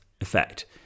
effect